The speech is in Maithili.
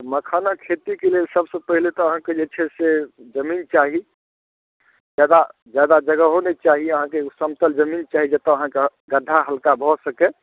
मखानक खेतीके लेल सभसँ पहिले तऽ अहाँकेँ जे छै से जमीन चाही ज्यादा ज्यादा जगहो नहि चाही अहाँके एगो समतल जमीन चाही जतय अहाँकेँ गड्ढा हल्का भऽ सकए